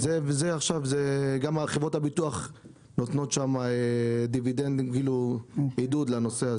ועכשיו גם חברות הביטוח נותנות עידוד לנושא הזה.